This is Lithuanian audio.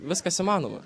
viskas įmanoma